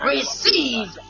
Receive